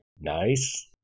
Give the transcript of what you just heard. Nice